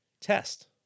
test